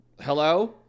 Hello